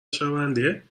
شونده